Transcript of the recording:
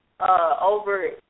Over